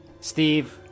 Steve